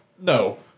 No